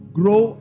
grow